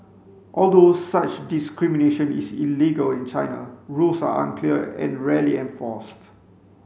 although such discrimination is illegal in China rules are unclear and rarely enforced